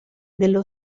dello